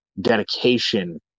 dedication